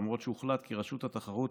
למרות שהוחלט כי רשות התחרות